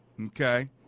Okay